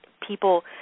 people